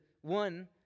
one